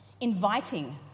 inviting